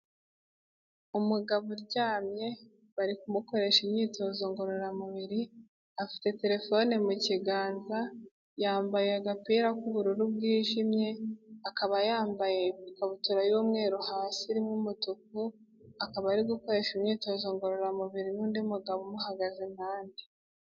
Umugabo uryamye bari kumukoresha imyitozo ngororamubiri, afite telefone mu kiganza, yambaye agapira k'ubururu bwijimye, akaba yambaye ikabutura y'umweru hasi irimo umutuku, akaba ari gukoreshwa imyitozo ngororamubiri n'undi mugabo umuhagaze impande.